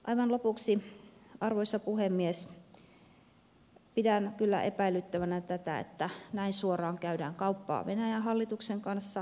aivan lopuksi arvoisa puhemies pidän kyllä epäilyttävänä tätä että näin suoraan käydään kauppaa venäjän hallituksen kanssa